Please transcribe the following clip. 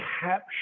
capture